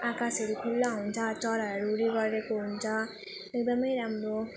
आकाशहरू खुल्ला हुन्छ चराहरू उड्दै गरेको हुन्छ एकदम राम्रो